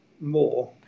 more